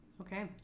Okay